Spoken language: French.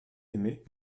aimé